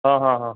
हं हं हं